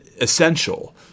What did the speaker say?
essential